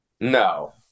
No